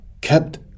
kept